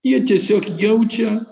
jie tiesiog jaučia